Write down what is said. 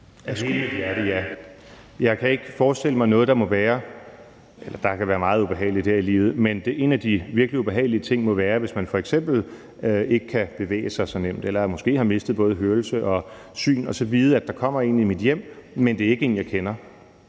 (DF): Af hele mit hjerte: Ja. Der kan være meget ubehageligt her i livet, men en af de virkelig ubehagelige ting må være, hvis man f.eks. ikke kan bevæge sig så nemt eller måske har mistet hørelsen og synet og man så ved, at der kommer en ind i ens hjem, men at det ikke er en, man kender.